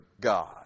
God